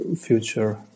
future